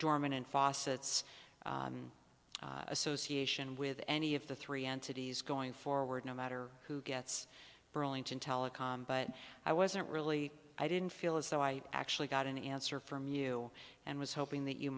doormen and faucets association with any of the three entities going forward no matter who gets burlington telecom but i wasn't really i didn't feel as though i actually got an answer from you and was hoping that you